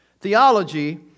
Theology